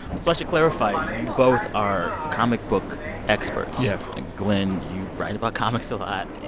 so i should clarify you both are comic book experts? yes and glen, you write about comics a lot yeah,